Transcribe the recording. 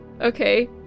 Okay